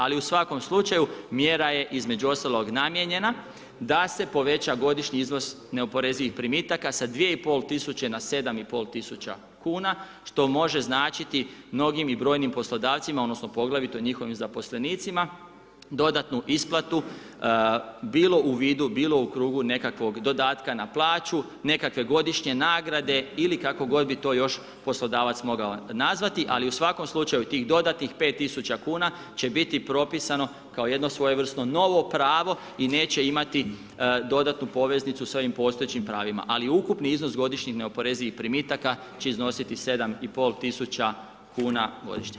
Ali u svakom slučaju mjera je između ostalog namijenjena da se poveća godišnji iznos neoporezivih primitaka sa 2500 na 7500 kn, što može značiti mnogim i brojnim poslodavcima, odnosno, poglavito njihovim zaposlenicima dodatnu isplatu, bilo u vidu, bilo u krugu nekakvog dodatka na plaću, nekakve godišnje nagrade ili kako god bi to još poslodavac mogao nazvati, ali u svakom slučaju tih dodatnih 5000 kn će biti propisano kao jedno svojevrsno novo pravo i neće imati dodatnu poveznicu s ovim postojećim pravima, ali ukupni iznos godišnjih neoporezivih primitaka će iznositi 7500 kn godišnje.